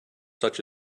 such